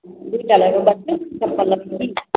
की चलेबै